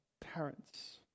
parents